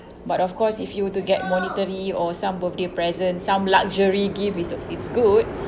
but of course if you were to get monetary or some birthday present some luxury gift it's uh it's good